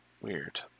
Weird